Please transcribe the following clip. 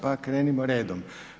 Pa krenimo redom.